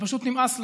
שפשוט נמאס להם,